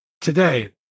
today